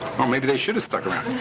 oh, maybe they shoulda stuck around.